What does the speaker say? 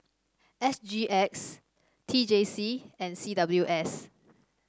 S G X T J C and C W S